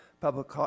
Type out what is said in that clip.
Public